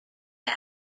ads